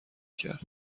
کرد